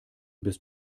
bis